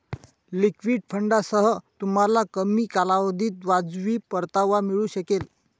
liquid फंडांसह, तुम्हाला कमी कालावधीत वाजवी परतावा मिळू शकेल